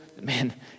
man